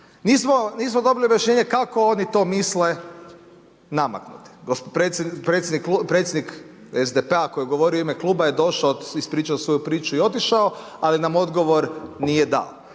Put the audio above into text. Nismo dobili rješenje kako oni to misle namaknuti. Predsjednik SDP-a koji je govorio u ime kluba je došao, ispričao svoju priču i otišao ali nam odgovor nije dao.